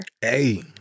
Hey